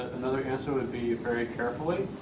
another answer would be very carefully.